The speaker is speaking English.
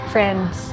friends